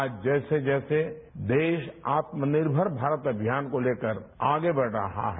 आज जैसे जैसे देश आत्मनिर्मर भारत अभियान को लेकर आगे बढ़ रहा है